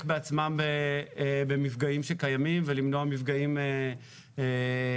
בעצמם במפגעים שקיימים ולמנוע מפגים עתידיים.